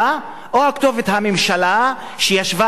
שישבה בלי מעש ולא פתרה את הבעיה?